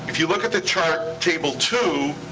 you look at the chart, table two,